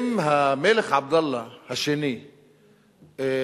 אם המלך עבדאללה השני דוחף,